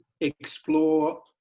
explore